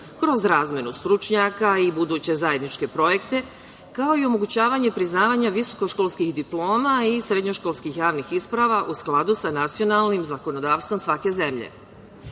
kroz razmenu stručnjaka i buduće zajedničke projekte, kao i omogućavanje priznavanja visokoškolskih diploma i srednjoškolskih javnih isprava u skladu sa nacionalnim zakonodavstvom svake zemlje. Nakon